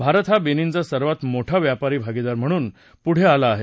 भारत हा बेनिनचा सर्वात मोठा व्यापारी भागिदार म्हणून पुढं आला आहे